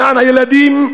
למען הילדים,